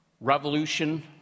revolution